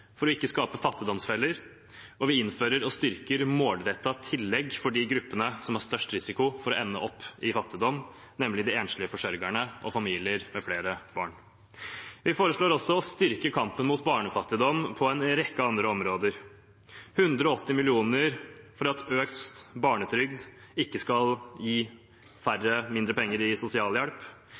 universelt for ikke å skape fattigdomsfeller, og vi innfører og styrker målrettede tillegg for de gruppene som har størst risiko for å ende opp i fattigdom, nemlig de enslige forsørgerne og familier med flere barn. Vi foreslår også å styrke kampen mot barnefattigdom på en rekke andre områder: 180 mill. kr for at økt barnetrygd ikke skal gi mindre penger i sosialhjelp,